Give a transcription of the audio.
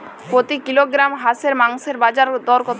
প্রতি কিলোগ্রাম হাঁসের মাংসের বাজার দর কত?